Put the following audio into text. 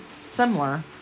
similar